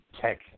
tech